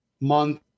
month